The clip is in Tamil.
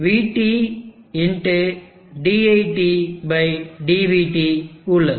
iT vT diTdvT உள்ளது